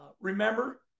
Remember